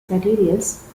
materials